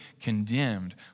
condemned